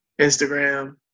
Instagram